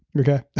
okay.